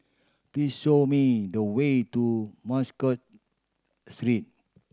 please show me the way to Muscat Sleep